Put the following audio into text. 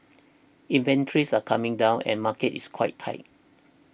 inventories are coming down and market is quite tight